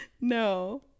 No